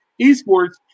eSports